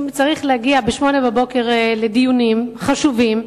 אם צריך להגיע ב-08:00 לדיונים חשובים,